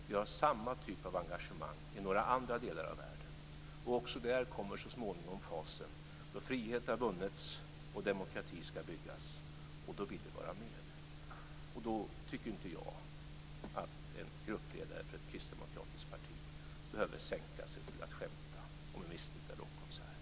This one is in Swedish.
Vi har samma typ av engagemang i några andra delar av världen. Också där kommer så småningom fasen då frihet har vunnits och demokrati ska byggas och då vill vi vara med. Därför tycker inte jag att en gruppledare för ett kristdemokratiskt parti behöver sänka sig till att skämta om en misslyckad rockkonsert.